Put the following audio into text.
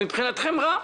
ומבחינתכם רע.